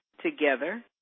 together